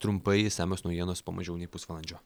trumpai išsamios naujienos po mažiau nei pusvalandžio